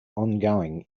ongoing